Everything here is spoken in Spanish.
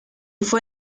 fue